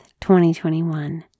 2021